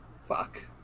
fuck